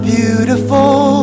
beautiful